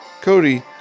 Cody